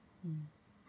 mm